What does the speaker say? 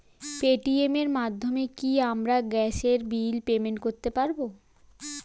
Paytm এর মাধ্যমে আমি কি আমার গ্যাসের বিল পেমেন্ট করতে পারব?